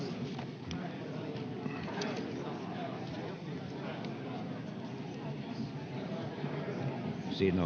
Kiitos,